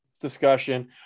discussion